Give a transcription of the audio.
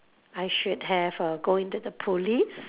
I should have uh go in to the police